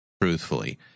Truthfully